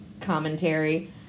commentary